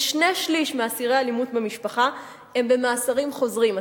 כשני-שלישים מאסירי אלימות במשפחה הם במאסרים חוזרים.